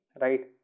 right